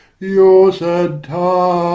your sad tires